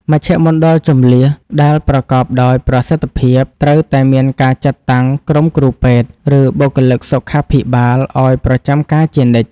មជ្ឈមណ្ឌលជម្លៀសដែលប្រកបដោយប្រសិទ្ធភាព ត្រូវតែមានការចាត់តាំងក្រុមគ្រូពេទ្យ ឬបុគ្គលិកសុខាភិបាលឱ្យប្រចាំការជានិច្ច។